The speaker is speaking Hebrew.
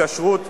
כשרות,